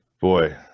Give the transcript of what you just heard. boy